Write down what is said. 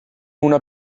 una